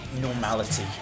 normality